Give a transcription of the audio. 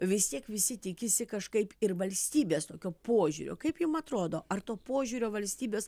vis tiek visi tikisi kažkaip ir valstybės tokio požiūrio kaip jum atrodo ar to požiūrio valstybės